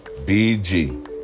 BG